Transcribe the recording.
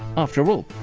after all,